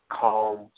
calm